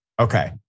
Okay